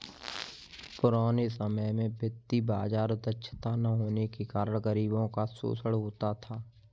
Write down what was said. पुराने समय में वित्तीय बाजार दक्षता न होने के कारण गरीबों का शोषण होता था